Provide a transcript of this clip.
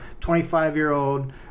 25-year-old